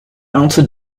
outer